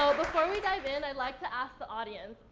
before we dive in, i'd like to ask the audience,